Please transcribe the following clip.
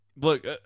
look